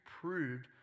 proved